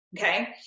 Okay